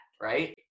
Right